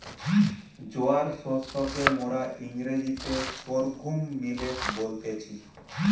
জোয়ার শস্যকে মোরা ইংরেজিতে সর্ঘুম মিলেট বলতেছি